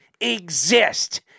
exist